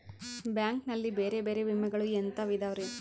Bank ನಲ್ಲಿ ಬೇರೆ ಬೇರೆ ವಿಮೆಗಳು ಎಂತವ್ ಇದವ್ರಿ?